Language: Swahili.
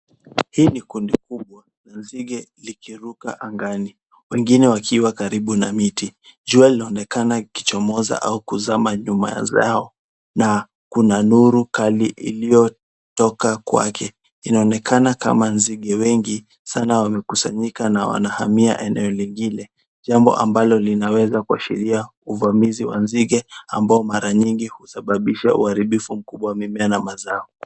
Hili ni kundi kubwa la nzige likiruka angani, wakiwa karibu na miti. Jua linaonekana likichomoza au kuzama nyuma zao, na kuna nuru kali iliyotoka kwake. Inaonekana kama nzige wengi sana ambao wamekusanyika na wanahamia eneo lingine. Jambo ambalo linaweza kuashiria uvamizi wa nzige ambao mara nyingi husababisha uharibifu wa mimea na mazao.